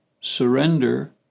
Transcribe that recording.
surrender